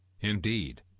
Indeed